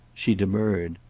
she demurred.